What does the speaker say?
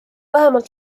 vähemalt